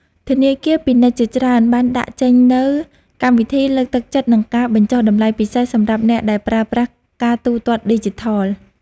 ធនាគារពាណិជ្ជជាច្រើនបានដាក់ចេញនូវកម្មវិធីលើកទឹកចិត្តនិងការបញ្ចុះតម្លៃពិសេសសម្រាប់អ្នកដែលប្រើប្រាស់ការទូទាត់ឌីជីថល។